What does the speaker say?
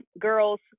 girls